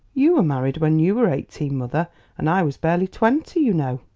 you were married when you were eighteen, mother and i was barely twenty, you know.